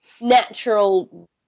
natural